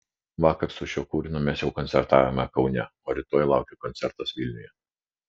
vakar su šiuo kūriniu mes jau koncertavome kaune o rytoj laukia koncertas vilniuje